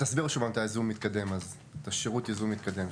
תסביר שוב את שירות הייזום המתקדם.